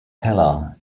teller